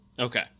Okay